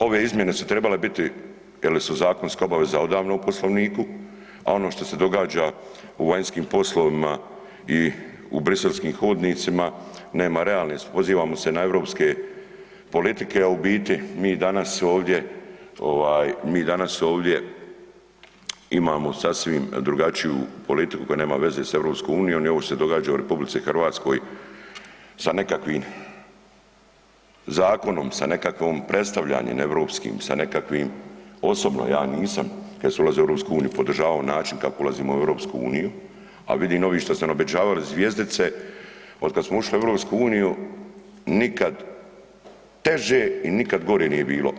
Ove izmjene su trebale biti je li su zakonska obaveza odavano u poslovniku, a ono što se događa u vanjskim poslovima i u briselskim hodnicima nema realne, pozivamo se europske politike, a u biti mi danas ovdje ovaj, mi danas ovdje imamo sasvim drugačiju politiku koja nema veze sa EU i ovo što se događa u RH sa nekakvim zakonom, sa nekakvim predstavljanjem europskim, sa nekakvim osobno ja nisam, kad se ulazilo u EU podržavao način kako ulazimo EU, a vidim ovi što su nam obećavali zvjezdice od kad smo ušli u EU nikad teže i nikad gore nije bilo.